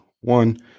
One